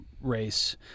race